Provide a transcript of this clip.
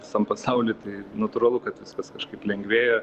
visam pasauly tai natūralu kad viskas kažkaip lengvėja